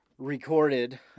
Recorded